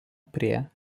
prie